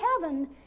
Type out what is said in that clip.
heaven